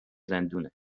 زندونه